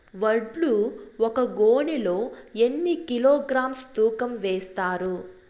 వడ్లు ఒక గోనె లో ఎన్ని కిలోగ్రామ్స్ తూకం వేస్తారు?